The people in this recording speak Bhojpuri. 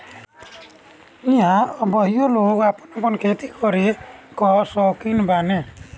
ऊहाँ अबहइयो लोग आपन आपन खेती करे कअ सौकीन बाने